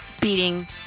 beating